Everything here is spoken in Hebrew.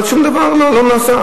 אבל שום דבר לא נעשה.